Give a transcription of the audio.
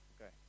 Okay